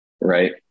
right